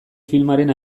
filmaren